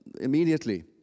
immediately